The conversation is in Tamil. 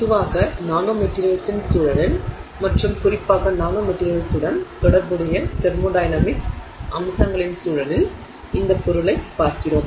பொதுவாக நானோமெட்டிரியல்ஸின் சூழலில் மற்றும் குறிப்பாக நானோமெட்டிரியல்ஸ்சுடன் தொடர்புடைய தெர்மோடையனமிக்ஸ் அம்சங்களின் சூழலில் இந்த பொருளைப் பார்க்கிறோம்